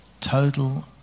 total